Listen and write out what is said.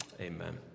amen